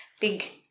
big